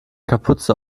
kapuze